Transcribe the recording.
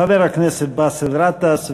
חבר הכנסת באסל גטאס,